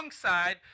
side